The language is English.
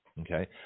Okay